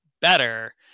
better